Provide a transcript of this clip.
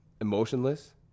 Emotionless